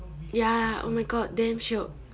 ya oh my god damn shiok